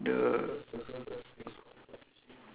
another colour ya one is alone ya